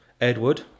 Edward